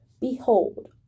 behold